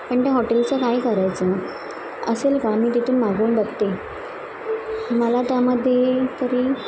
पण त्या हॉटेलचं काय करायचं नाही असेल का मी तिथून मागवून बघते मला त्यामध्ये तरी